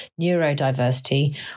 neurodiversity